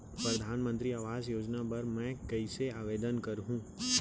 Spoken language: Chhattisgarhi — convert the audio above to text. परधानमंतरी आवास योजना बर मैं कइसे आवेदन करहूँ?